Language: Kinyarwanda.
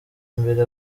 mbere